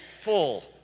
full